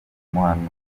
umuhanuzi